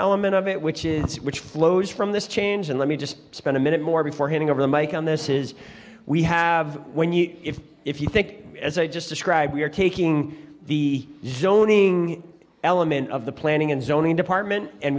element of it which is which flows from this change and let me just spend a minute more before heading over the make on this is we have when you if if you think as i just described we are taking the zoning element of the planning and zoning department and